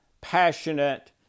passionate